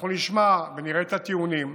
אנחנו נשמע ונראה את הטיעונים,